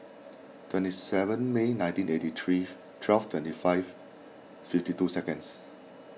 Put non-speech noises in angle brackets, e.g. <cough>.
twenty seven May nineteen eighty three <noise> twelve twenty five fifty two seconds